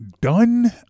Done